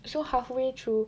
so halfway through